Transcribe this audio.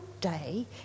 day